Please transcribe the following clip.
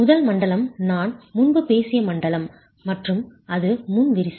முதல் மண்டலம் நான் முன்பு பேசிய மண்டலம் மற்றும் அது முன் விரிசல்